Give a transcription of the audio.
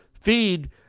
feed